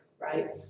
right